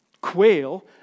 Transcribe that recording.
quail